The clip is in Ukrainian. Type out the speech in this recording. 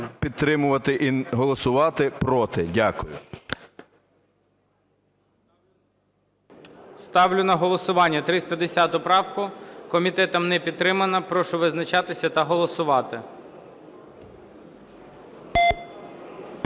підтримувати і голосувати проти. Дякую. ГОЛОВУЮЧИЙ. Ставлю на голосування 310 правку. Комітетом не підтримана. Прошу визначатися та голосувати.